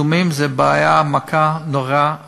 זיהומים הם בעיה, מכה נוראית